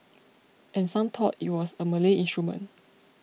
and some thought it was a Malay instrument